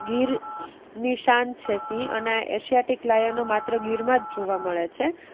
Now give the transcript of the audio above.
ગીરની શાન છે સિંહ અને આ એશિયાટિક લાયનો માત્ર ગીરમાં જ જોવા મળે છે